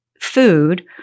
food